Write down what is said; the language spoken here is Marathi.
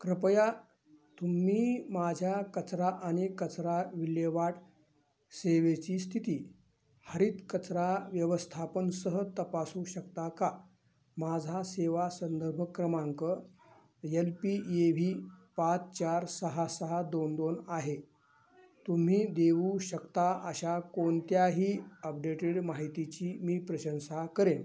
कृपया तुम्ही माझ्या कचरा आणि कचरा विल्हेवाट सेवेची स्थिती हरित कचरा व्यवस्थापनसह तपासू शकता का माझा सेवा संदर्भ क्रमांक एल पी ए् पाच चार सहा सहा दोन दोन आहे तुम्ही देऊ शकता अशा कोणत्याही अपडेटेड माहितीची मी प्रशंसा करेन